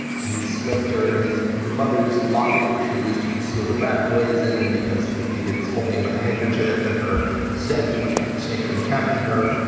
he slipped her his mother's locket, which she used to conceal the rat poison. and because he did this whole thing with a handkerchief and her scent, which kept the snakes from attacking her,